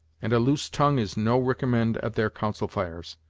and a loose tongue is no ricommend at their council fires.